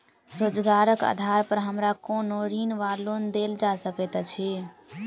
रोजगारक आधार पर हमरा कोनो ऋण वा लोन देल जा सकैत अछि?